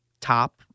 top